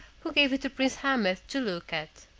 who gave it to prince ahmed to look at.